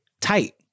tight